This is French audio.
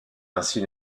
ainsi